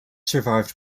survived